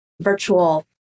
virtual